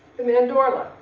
the mandorla,